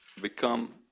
become